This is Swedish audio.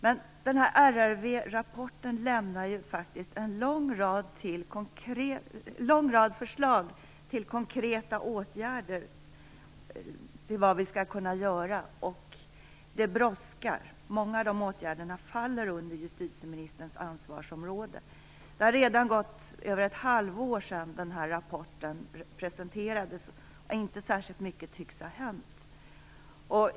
Rapporten från RRV lämnar faktiskt en lång rad förslag på konkreta åtgärder som vi kan vidta. Det brådskar. Många av de åtgärderna faller under justitieministerns ansvarsområde. Det har redan gått mer än ett halvår sedan rapporten presenterades, men det tycks inte ha hänt särskilt mycket.